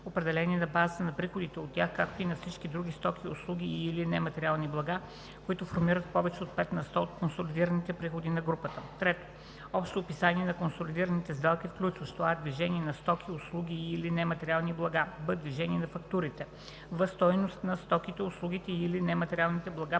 определени на базата на приходите от тях, както и на всички други стоки, услуги и/или нематериални блага, които формират повече от 5 на сто от консолидираните приходи на групата; 3. общо описание на контролираните сделки, включващо: а) движение на стоки, услуги и/или нематериални блага; б) движение на фактурите; в) стойност на стоките, услугите и/или нематериалните блага